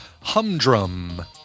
humdrum